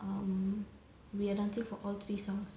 um we are dancing for all three songs